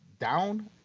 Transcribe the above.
down